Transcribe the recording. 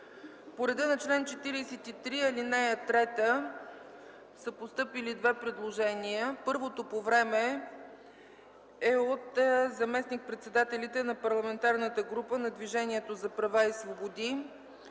По реда на чл. 43, ал. 3 са постъпили две предложения. Първото по време е от заместник-председателите на Парламентарната група на Движението за права и свободи,